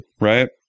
right